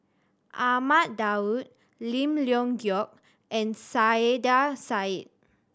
Ahmad Daud Lim Leong Geok and Saiedah Said